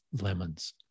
lemons